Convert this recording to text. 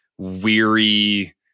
Weary